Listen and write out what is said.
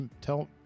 tell